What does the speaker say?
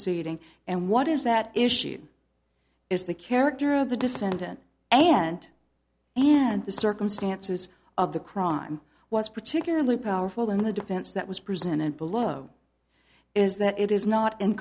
proceeding and what is that issue is the character of the defendant and and the circumstances of the crime was particularly powerful in the defense that was presented below is that it is not in